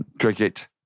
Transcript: Cricket